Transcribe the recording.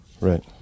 right